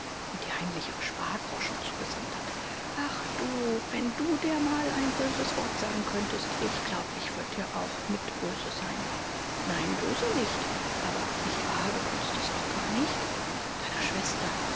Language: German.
und dir heimlich ihre spargroschen zugesandt habe ach du wenn du der mal ein böses wort sagen könntest ich glaube ich würde dir auch mit böse sein nein böse nicht aber nicht wahr du könntest das auch gar nicht deiner schwester